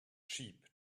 sheep